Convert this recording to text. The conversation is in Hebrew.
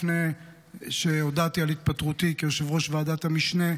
לפני שהודעתי על התפטרותי כיושב-ראש ועדת המשנה,